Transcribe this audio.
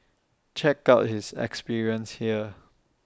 check out his experience here